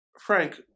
Frank